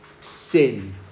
sin